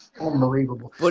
Unbelievable